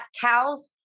cows